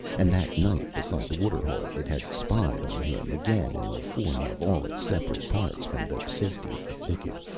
and that night beside the waterhole, it had spied on him, again in the form of all its separate parts, from the safety of the thicket.